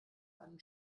einen